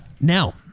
Now